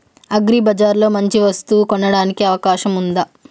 అగ్రిబజార్ లో మంచి వస్తువు కొనడానికి అవకాశం వుందా?